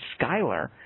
Skyler